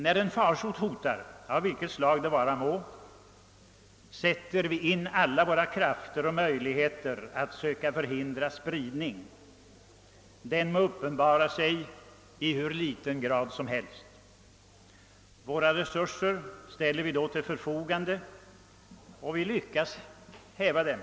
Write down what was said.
När en farsot hotar — den må vara av vilket slag som helst — sätter vi in alla våra krafter och möjligheter för att söka förhindra en spridning. Om den också uppenbarar sig i hur liten grad som helst, ställer vi ändå våra resurser till förfogande, och genom eit intensivt pådrag lyckas vi vanligen häva farsoten.